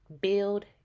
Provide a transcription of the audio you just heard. build